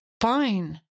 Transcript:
Fine